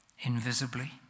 invisibly